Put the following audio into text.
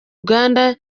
uganda